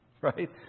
right